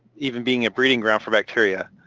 even being a breeding ground for bacteria.